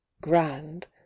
grand